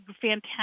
fantastic